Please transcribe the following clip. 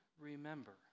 remember